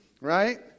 Right